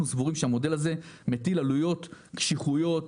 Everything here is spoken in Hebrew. אנחנו סבורים שהמודל הזה מטיל עלויות, קשיחויות,